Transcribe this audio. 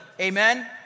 Amen